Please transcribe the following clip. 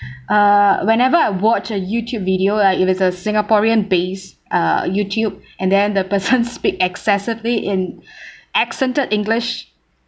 uh whenever I watch a YouTube video right if it's a singaporean based uh YouTube and then the person speak excessively in accented english